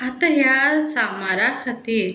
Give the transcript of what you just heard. आतां ह्या सामारा खातीर